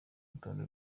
rutonde